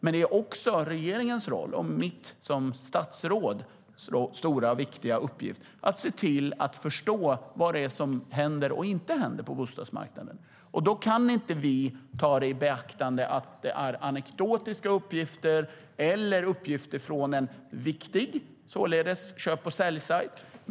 Men det är också regeringens roll, och det är min stora och viktiga uppgift som statsråd, att se till att förstå vad det är som händer och som inte händer på bostadsmarknaden. Då kan vi inte ta i beaktande att det är anekdotiska uppgifter eller uppgifter från en viktig köp och säljsajt.